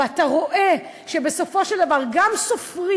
ואתה רואה שבסופו של דבר גם סופרים,